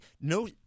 no